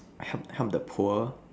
help help the poor